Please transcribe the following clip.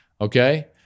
okay